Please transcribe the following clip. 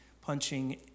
punching